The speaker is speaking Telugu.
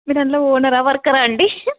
మీరు అందులో ఓనరా వర్కరా అండి